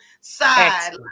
side